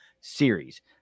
series